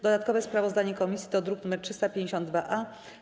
Dodatkowe sprawozdanie komisji to druk nr 352-A.